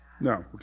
No